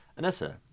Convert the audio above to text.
Anessa